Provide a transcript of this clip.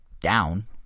down